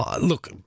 look